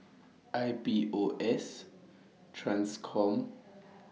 I P O S TRANSCOM